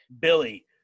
Billy